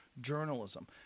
journalism